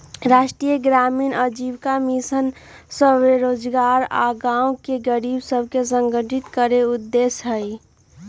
राष्ट्रीय ग्रामीण आजीविका मिशन स्वरोजगार आऽ गांव के गरीब सभके संगठित करेके उद्देश्य हइ